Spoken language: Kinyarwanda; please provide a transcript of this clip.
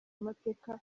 amateka